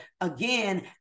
again